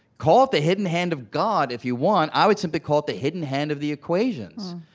call it the hidden hand of god if you want. i would simply call it the hidden hand of the equations.